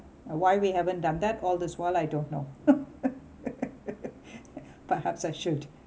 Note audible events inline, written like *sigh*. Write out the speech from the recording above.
uh why we haven't done that all this while I don't know *laughs* perhaps I should